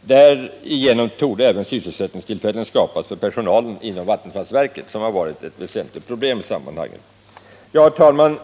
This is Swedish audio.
Därigenom torde även sysselsättningstillfällen skapas för personal inom vattenfallsverket, vilket har varit ett problem i sammanhanget. Herr talman!